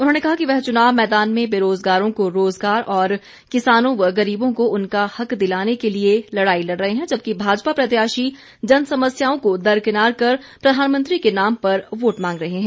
उन्होंने कहा कि वह चुनाव मैदान में बेरोजगारों को रोजगार और किसानों व गरीबों को उनका हक दिलाने के लिए लड़ाई लड़ रहे हैं जबकि भाजपा प्रत्याशी जनसमस्याओं को दरकिनार कर प्रधानमंत्री के नाम पर वोट मांग रहे हैं